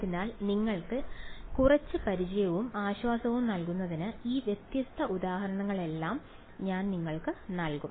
അതിനാൽ നിങ്ങൾക്ക് കുറച്ച് പരിചയവും ആശ്വാസവും നൽകുന്നതിന് ഈ വ്യത്യസ്ത ഉദാഹരണങ്ങളെല്ലാം ഞാൻ നിങ്ങൾക്ക് നൽകും